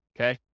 okay